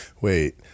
Wait